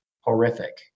horrific